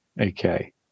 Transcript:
Okay